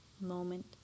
moment